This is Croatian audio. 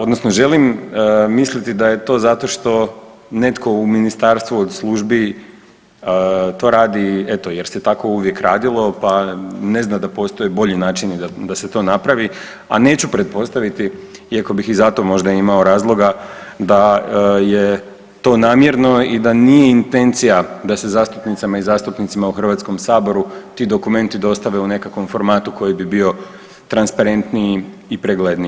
Odnosno, želim misliti da je to zato što netko u ministarstvu od službi to radi eto jer se uvijek tako radilo pa ne zna da postoje bolji načini da se to napravi, a neću pretpostaviti iako bih i zato možda imao razloga da je to namjerno i da nije intencija da se zastupnicama i zastupnicima u Hrvatskom saboru ti dokumenti dostave u nekom formatu koji bi bio transparentniji i pregledniji.